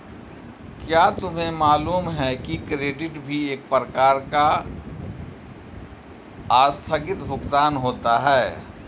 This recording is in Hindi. क्या तुम्हें मालूम है कि क्रेडिट भी एक प्रकार का आस्थगित भुगतान होता है?